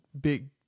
big